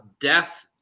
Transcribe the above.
death